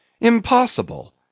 Impossible